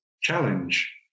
challenge